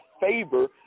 favor